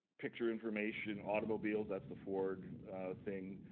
picture information, automobiles. that's the ford thing.